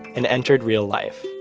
and entered real life.